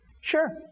Sure